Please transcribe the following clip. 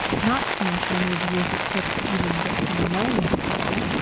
not to mention any of the years it took to even get to knowing your plural,